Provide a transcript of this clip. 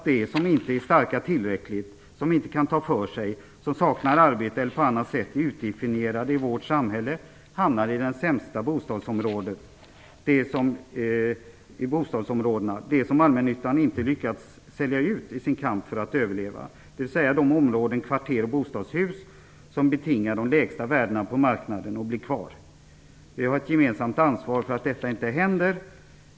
De som inte är tillräckligt starka, som inte kan ta för sig och som saknar arbete eller på annat sätt är "utdefinierade" i vårt samhälle hamnar i de sämsta bostadsområdena. Det är de bostadsområden som allmännyttan inte har lyckats sälja ut i sin kamp för att överleva, dvs. de områden, kvarter och bostadshus som betingar de lägsta värdena på marknaden och som blir kvar. Vi har ett gemensamt ansvar för att detta inte sker.